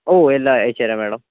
ഓ എല്ലാം അയച്ചു തരാം മാഡം